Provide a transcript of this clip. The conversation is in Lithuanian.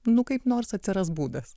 nu kaip nors atsiras būdas